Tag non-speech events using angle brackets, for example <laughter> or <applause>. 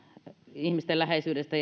ihmisten läheisyydestä <unintelligible>